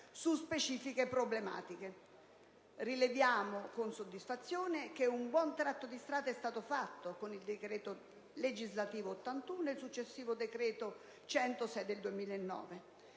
su specifiche problematiche. Rileviamo con soddisfazione che un buon tratto di strada è stato fatto con il decreto legislativo n. 81 del 2008 e con il successivo decreto n. 106 del 2009,